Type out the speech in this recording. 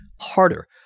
harder